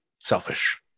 selfish